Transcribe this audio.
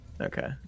Okay